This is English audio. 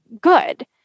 good